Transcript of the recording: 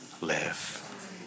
live